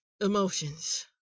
emotions